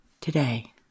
today